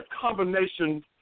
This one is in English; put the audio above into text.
combination